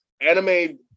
anime